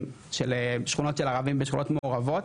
של שכונות של ערבים בשכונות מעורבות,